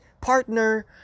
partner